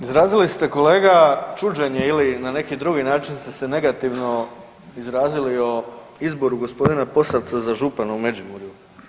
Izrazili ste kolega čuđenje ili na neki drugi način ste se negativno izrazili o izboru gospodina Posavca za župana u Međimurju.